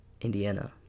Indiana